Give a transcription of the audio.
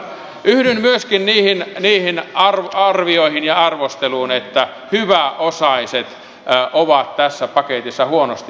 yhdyn myöskin niihin arvioihin ja siihen arvosteluun että hyväosaiset ovat tässä paketissa huonosti mukana